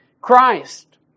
Christ